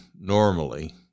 normally